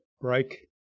break